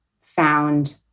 found